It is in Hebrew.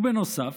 בנוסף,